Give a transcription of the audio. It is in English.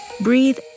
Breathe